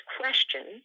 question